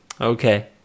Okay